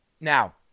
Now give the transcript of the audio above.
Now